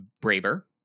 braver